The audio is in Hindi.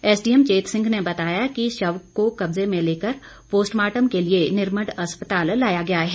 एसडीएम चेत सिंह ने बताया कि शव का कब्जे में लेकर पोस्टमार्टम के लिए निरमंड अस्पताल लाया गया है